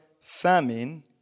famine